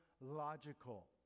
logical